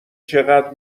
چقدر